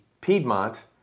Piedmont